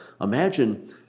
imagine